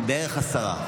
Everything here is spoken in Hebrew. בערך עשרה.